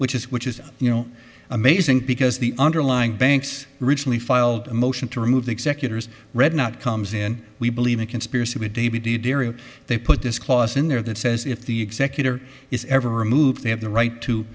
which is which is you know amazing because the underlying banks recently filed a motion to remove the executors red not comes in we believe in conspiracy b d b d dario they put this clause in there that says if the executor is ever removed they have the right to